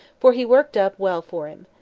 for he worked up well for him.